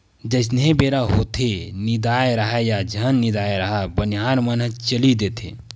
जइसने बेरा होथेये निदाए राहय या झन निदाय राहय बनिहार मन ह चली देथे